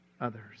others